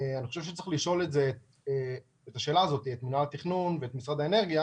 אני חושב שצריך לשאול את השאלה הזאת את מינהל התכנון ואת משרד האנרגיה